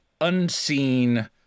unseen